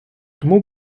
тому